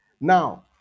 Now